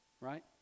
Right